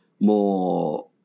more